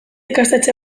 ikastetxe